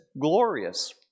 glorious